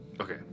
Okay